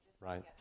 Right